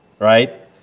Right